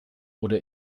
oder